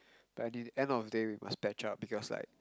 but at the end of the day we must patch up because like